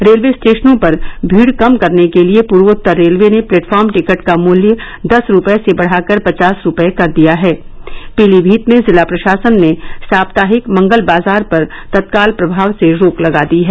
railway स्टेशनों पर भीड़ कम करने के लिए पूर्वोत्तर रेलवे ने प्लेटफार्म टिकट का मूल्य दस रूपये से बढ़ाकर पचास रूपये कर दिया है पीलीभीत में जिला प्रशासन ने साप्ताहिक मंगल बाजार पर तत्काल प्रभाव से रोक लगा दी है